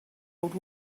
old